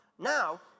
now